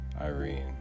Irene